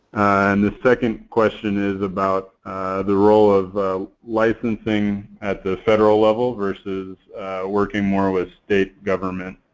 and the second question is about the role of licensing at the federal level versus working more with state government